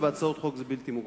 ובהצעות חוק זה בלתי מוגבל.